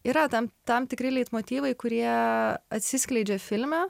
yra tam tam tikri leitmotyvai kurie atsiskleidžia filme